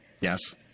yes